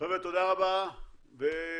חבר'ה, תודה רבה ותודה